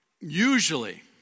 usually